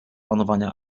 panowania